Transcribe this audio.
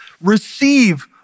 Receive